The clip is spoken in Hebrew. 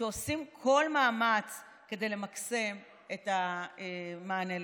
שעושים כל מאמץ כדי למקסם את המענה לכולנו.